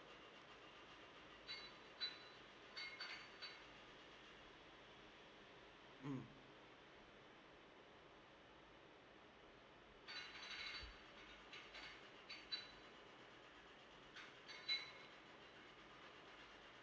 mm